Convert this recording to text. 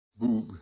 Boob